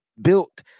built